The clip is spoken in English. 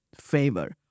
favor